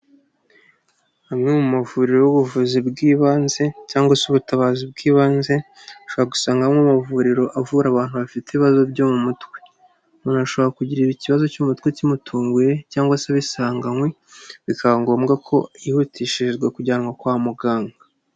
Amwe mu mavuriro w'ubuvuzi bw'ibanze cyangwa se ubutabazi bw'ibanze ushoboraka gusangamo amavuriro avura abantu bafite ibibazo byo mu mutwe umuntu ashobora kugira ikibazo cy'umutwe kimutunguye cyangwa se abisanganywe bikaba ngombwa ko yihutishirizwa kujyanwa kwa muganga.